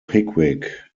pickwick